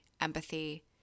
empathy